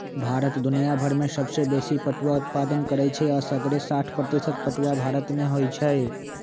भारत दुनियाभर में सबसे बेशी पटुआ उत्पादन करै छइ असग्रे साठ प्रतिशत पटूआ भारत में होइ छइ